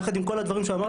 יחד עם כל הדברים שאמרתי,